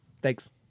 Thanks